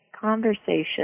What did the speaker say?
conversation